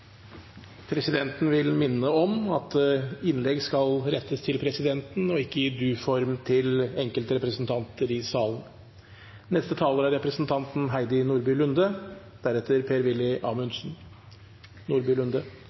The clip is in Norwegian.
Presidenten vil minne om at innlegg skal rettes til presidenten og ikke til enkeltrepresentanter i salen gjennom du-form. Jeg hørte representantene Tajik, Kjerkol og Huitfeldt mene at det er